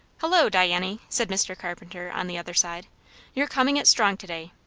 hullo, diany! said mr. carpenter on the other side you're coming it strong to-day.